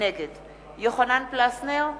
נגד יוחנן פלסנר,